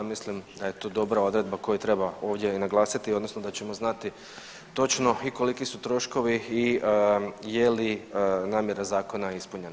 Mislim da je to dobra odredba koju treba ovdje i naglasiti odnosno da ćemo znati točno i koliki su troškovi i je li namjera zakona ispunjena.